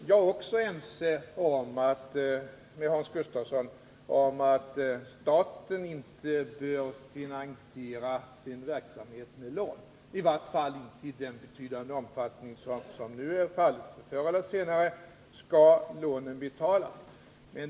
Jag är också överens med Hans Gustafsson om att staten inte bör finansiera sin verksamhet genom lån, i vart fall inte i den betydande omfattning som nu är fallet. Förr eller senare skall lånen betalas.